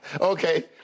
Okay